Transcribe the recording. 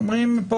החברים אומרים: